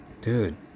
dude